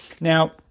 Now